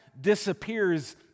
disappears